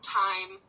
time